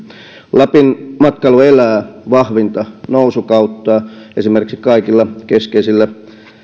lapin matkailu elää vahvinta nousukauttaan esimerkiksi kaikilla keskeisillä